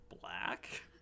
black